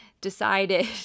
decided